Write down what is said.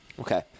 Okay